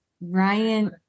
Ryan